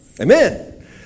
Amen